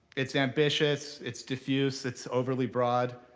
it's ambitious, it's diffuse, it's overly broad.